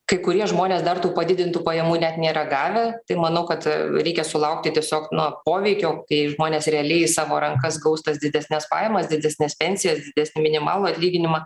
kai kurie žmonės dar tų padidintų pajamų net nėra gavę tai manau kad reikia sulaukti tiesiog na poveikio kai žmonės realiai į savo rankas gaus tas didesnes pajamas didesnes pensijas didesnį minimalų atlyginimą